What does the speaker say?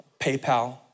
PayPal